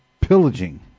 pillaging